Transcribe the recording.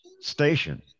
station